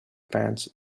pants